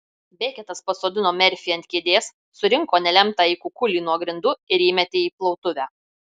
beketas pasodino merfį ant kėdės surinko nelemtąjį kukulį nuo grindų ir įmetė į plautuvę